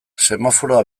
semaforoa